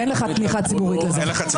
אין לך תמיכה ציבורית לזה, אין לך.